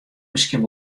miskien